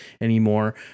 anymore